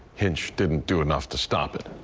hinch didn't do enough to stop it.